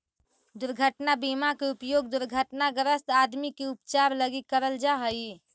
दुर्घटना बीमा के उपयोग दुर्घटनाग्रस्त आदमी के उपचार लगी करल जा हई